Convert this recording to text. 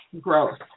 growth